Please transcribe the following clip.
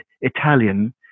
Italian